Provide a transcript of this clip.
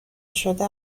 شده